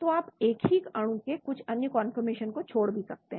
तो आप एक ही अणु के कुछ अन्य कौनफॉर्मेशन को छोड़ भी सकते हैं